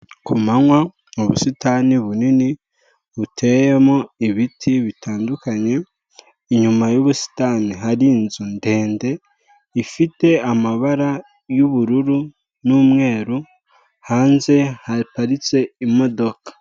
Ku manywa mu busitani bunini buteyemo ibiti bitandukanye, inyuma y'ubusitani hari inzu ndende ifite amabara y'ubururu n'umweru, hanze haparitse imodoka.